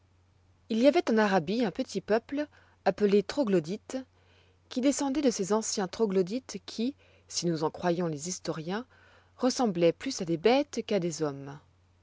il y avoit en arabie un petit peuple appelé troglodyte qui descendoit de ces anciens troglodytes qui si nous en croyons les historiens ressembloient plus à des bêtes qu'à des hommes